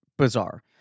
Bizarre